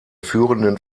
führenden